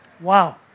Wow